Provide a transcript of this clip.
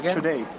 today